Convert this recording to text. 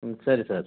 ம் சரி சார்